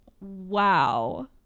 wow